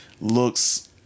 looks